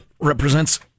represents